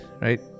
right